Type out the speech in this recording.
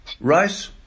rice